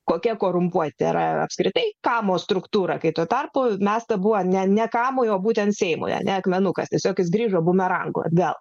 kokie korumpuoti ar apskritai kamo struktūrą kai tuo tarpu mesta buvo ne ne kamo o būtent seimui ane akmenukas tiesiog jis grįžo bumerangu atgal